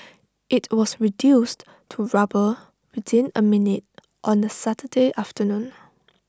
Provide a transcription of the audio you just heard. IT was reduced to rubble within A minute on A Saturday afternoon